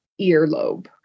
earlobe